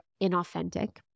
inauthentic